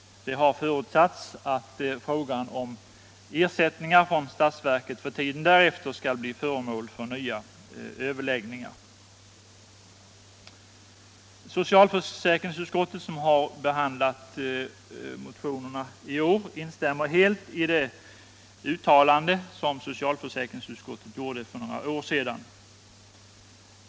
Det har förutsatts att frågan om ersättningar från statsverket för tiden därefter skall bli föremål för nya överläggningar. Socialförsäkringsutskottet, som har behandlat motionerna i år, instämmer helt i det uttalande som socialutskottet gjorde för ett par år sedan.